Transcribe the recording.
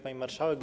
Pani Marszałek!